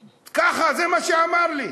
ככה, זה מה שהוא אמר לי.